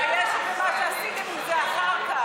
אבל אני מתביישת במה שעשיתם מזה אחר כך.